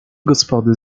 gospody